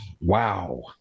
Wow